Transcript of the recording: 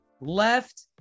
left